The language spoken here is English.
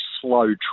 slow